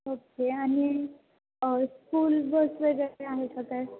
okay आणि school bus वगैरे आहे का काय